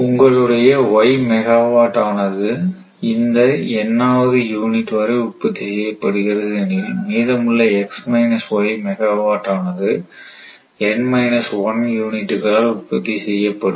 உங்களுடைய Y megawatt ஆனது இந்த N ஆவது யூனிட் வரை உற்பத்தி செய்யப்படுகிறது எனில் மீதமுள்ள x மைனஸ் y மெகாவாட் ஆனது N 1 யூனிட்களால் உற்பத்தி செய்யப்படும்